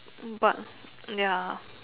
but ya